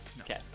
Okay